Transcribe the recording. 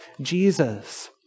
Jesus